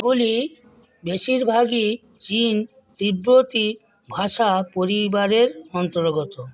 এগুলি বেশিরভাগই চীন তিব্বতি ভাষা পরিবারের অন্তর্গত